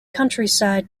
countryside